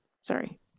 Sorry